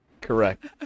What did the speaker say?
Correct